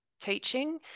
teaching